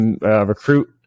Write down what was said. recruit